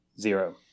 zero